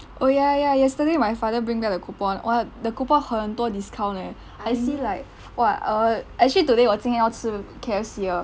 oh ya ya ya yesterday my father bring back the coupon !wah! the coupon 很多 discount leh I see like !wah! err actually today 我今天要吃 K_F_C 的